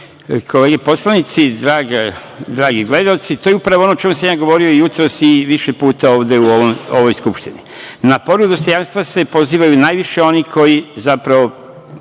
kolege poslanici, dragi gledaoci, to je upravo ono o čemu sam ja govorio jutros i više puta ovde u ovoj Skupštini. Na povredu dostojanstva se pozivaju najviše oni koji zapravo